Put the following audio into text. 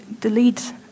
delete